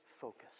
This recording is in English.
focus